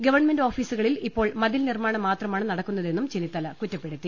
government ഓഫീസുകളിൽ ഇപ്പോൾ മതിൽ നിർമ്മാണം മാത്രമാണ് നടക്കു ന്നതെന്നും ചെന്നിത്തല കുറ്റപ്പെടുത്തി